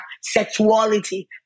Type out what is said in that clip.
sexuality